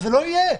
לא יהיה.